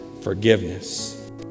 forgiveness